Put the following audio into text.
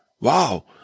wow